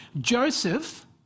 Joseph